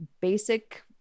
basic